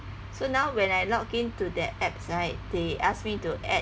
so now when I log in to the apps right they ask me to add